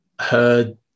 heard